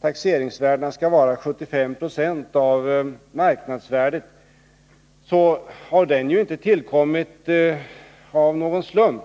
taxeringsvärdet skall vara 75 Jo av marknadsvärdet, och den har inte tillkommit av någon slump.